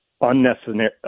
unnecessary